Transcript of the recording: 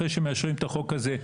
אחרי שמאשרים את החוק הזה,